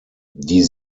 die